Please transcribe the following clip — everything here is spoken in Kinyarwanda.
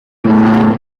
bituma